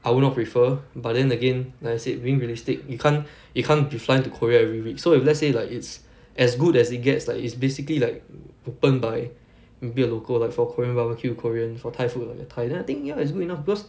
I would not prefer but then again like I said being realistic you can't you can't to fly to korea every week so if let's say like it's as good as it gets like it's basically like open by maybe a local like for korean barbecue korean for thai food like a thai then I think ya it's good enough because